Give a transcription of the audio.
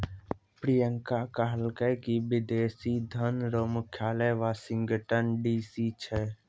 प्रियंका कहलकै की विदेशी धन रो मुख्यालय वाशिंगटन डी.सी छै